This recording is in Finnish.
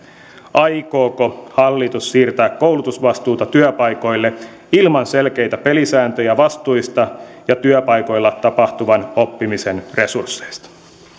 aikooko hallitus siirtää koulutusvastuuta työpaikoille ilman selkeitä pelisääntöjä vastuista ja työpaikoilla tapahtuvan oppimisen resursseista